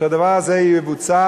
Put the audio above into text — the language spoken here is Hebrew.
שהדבר הזה יבוצע,